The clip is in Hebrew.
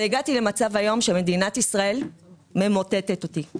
אבל הגעתי למצב היום שמדינת ישראל ממוטטת אותי,